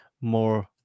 more